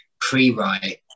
pre-write